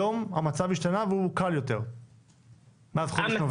היום המצב השתנה והוא קל יותר מאז חודש נובמבר.